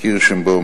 קירשנבאום,